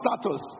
status